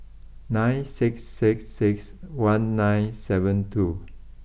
nine six six six one nine seven two